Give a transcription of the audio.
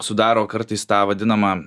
sudaro kartais tą vadinamą